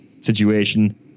situation